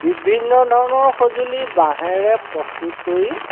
বিভিন্ন ধৰণৰ সজুলি বাঁহেৰে প্ৰস্তুত কৰি